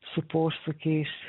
su posūkiais